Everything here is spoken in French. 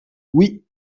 oui